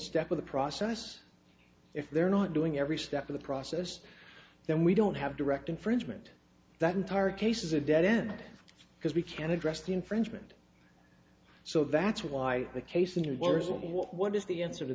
step of the process if they're not doing every step of the process then we don't have direct infringement that entire case is a dead end because we can't address the infringement so that's why the case in two words will be what is the answer to